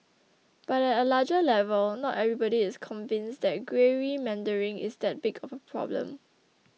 but at a larger level not everybody is convinced that gerrymandering is that big of a problem